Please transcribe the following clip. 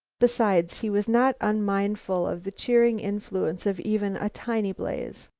besides he was not unmindful of the cheering influence of even a tiny blaze.